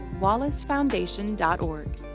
wallacefoundation.org